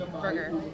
burger